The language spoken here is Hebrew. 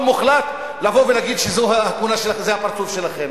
מוחלט לבוא ולהגיד שזה הפרצוף שלכם.